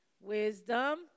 Wisdom